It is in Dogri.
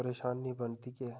परेशानी बनदी ऐ